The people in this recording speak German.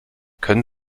können